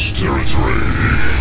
territory